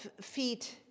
feet